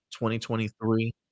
2023